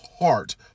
Heart